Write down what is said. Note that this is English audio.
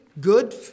good